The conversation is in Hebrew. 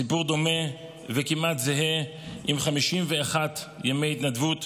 סיפור דומה וכמעט זהה, עם 51 ימי התנדבות,